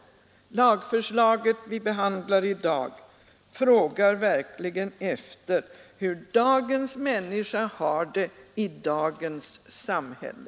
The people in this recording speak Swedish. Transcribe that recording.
Det lagförslag vi behandlar i dag frågar verkligen efter hur dagens människa har det i dagens samhälle.